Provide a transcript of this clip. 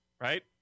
right